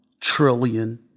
trillion